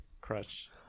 crutch